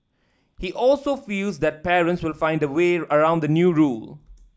he also feels that parents will find a way around the new rule